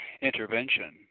intervention